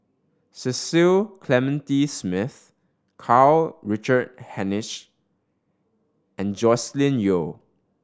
Cecil Clementi Smith Karl Richard Hanitsch and Joscelin Yeo